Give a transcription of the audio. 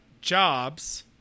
jobs